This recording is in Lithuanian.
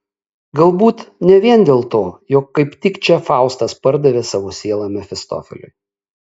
galbūt ne vien dėl to jog kaip tik čia faustas pardavė savo sielą mefistofeliui